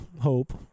hope